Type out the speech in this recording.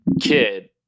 kid